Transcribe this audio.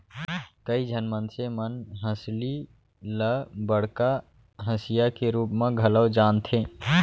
कइ झन मनसे मन हंसुली ल बड़का हँसिया के रूप म घलौ जानथें